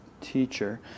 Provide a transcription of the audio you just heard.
teacher